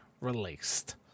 released